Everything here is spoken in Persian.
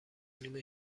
نیم